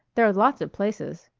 there're lots of places.